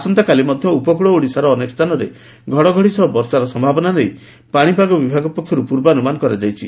ଆସନ୍ତାକାଲି ମଧ୍ଧ ଉପକୁଳ ଓଡ଼ିଶାର ଅନେକ ସ୍ଚାନରେ ଘଡ଼ଘଡ଼ି ସହ ବର୍ଷା ସୟାବନା ନେଇ ପାଶିପାଗ ବିଭାଗ ପକ୍ଷରୁ ପୂର୍ବାନୁମାନ କରାଯାଇଛି